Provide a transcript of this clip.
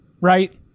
right